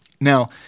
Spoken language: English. Now